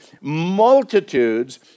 multitudes